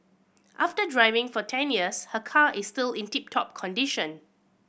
after driving for ten years her car is still in tip top condition